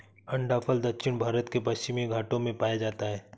अंडाफल दक्षिण भारत के पश्चिमी घाटों में पाया जाता है